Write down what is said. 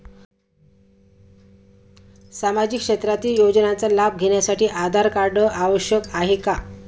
सामाजिक क्षेत्रातील योजनांचा लाभ घेण्यासाठी आधार कार्ड आवश्यक आहे का?